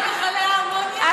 מכלי האמוניה,